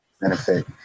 benefit